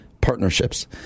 partnerships